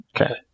Okay